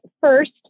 first